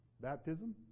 Baptism